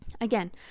Again